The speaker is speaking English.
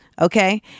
okay